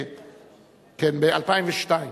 ב-2002,